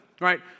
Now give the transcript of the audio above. right